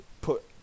put